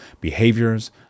behaviors